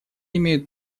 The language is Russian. имеют